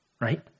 Right